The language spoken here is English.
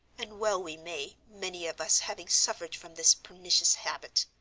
and well we may, many of us having suffered from this pernicious habit.